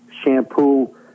shampoo